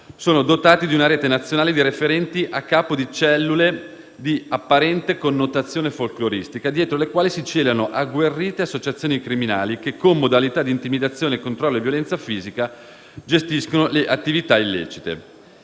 sono dotati di una rete nazionale di referenti a capo di cellule di apparente connotazione folkloristica, dietro le quali si celano agguerrite associazioni criminali che, con modalità di intimidazione, controllo e violenza fisica gestiscono le attività illecite.